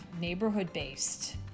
neighborhood-based